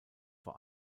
vor